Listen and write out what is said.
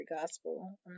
gospel